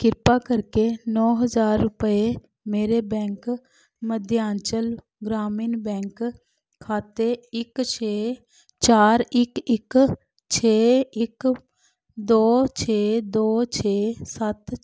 ਕਿਰਪਾ ਕਰਕੇ ਨੌਂ ਹਜ਼ਾਰ ਰੁਪਏ ਮੇਰੇ ਬੈਂਕ ਮੱਧਯਾਂਚਲ ਗ੍ਰਾਮੀਣ ਬੈਂਕ ਖਾਤੇ ਇੱਕ ਛੇ ਚਾਰ ਇੱਕ ਇੱਕ ਛੇ ਇੱਕ ਦੋ ਛੇ ਦੋ ਛੇ ਸੱਤ